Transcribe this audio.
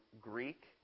Greek